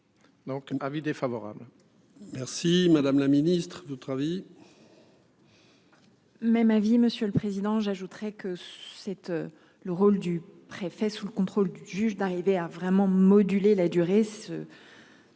Donc, avis défavorable. Merci, madame la Ministre votre avis.